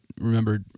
remember